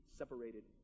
separated